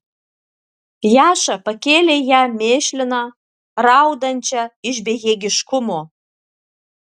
jaša pakėlė ją mėšliną raudančią iš bejėgiškumo